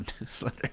newsletter